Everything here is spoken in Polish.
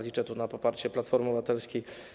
Liczę na poparcie Platformy Obywatelskiej.